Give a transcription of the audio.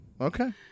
Okay